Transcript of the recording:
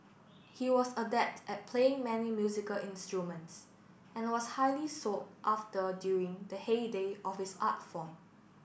he was adept at playing many musical instruments and was highly sought after during the heyday of his art form